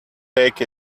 take